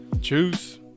Cheers